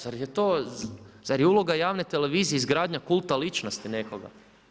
Zar je to, zar je uloga javne televizije, izgradnja kulta ličnosti nekoga?